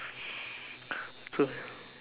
so